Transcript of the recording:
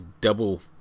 double